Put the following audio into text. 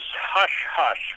hush-hush